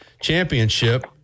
Championship